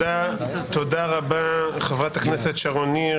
תודה רבה, חברת הכנסת שרון ניר.